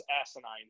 asinine